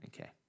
Okay